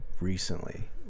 recently